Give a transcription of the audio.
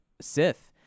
Sith